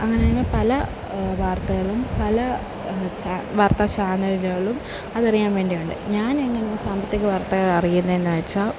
അങ്ങനെ അങ്ങനെ പല വാർത്തകളും പല വാർത്ത ചാനലുകളും അതറിയാൻ വേണ്ടി ഉണ്ട് ഞാൻ എങ്ങനെ സാമ്പത്തിക വാർത്തകൾ അറിയുന്നതെന്ന് വച്ചാൽ